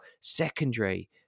secondary